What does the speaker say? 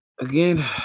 again